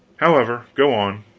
however, go on.